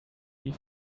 die